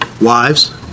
wives